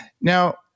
Now